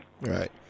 Right